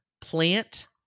plant